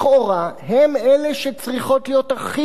לכאורה הן אלה שצריכות להיות הכי